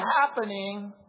happening